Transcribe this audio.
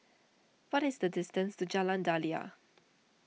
what is the distance to Jalan Daliah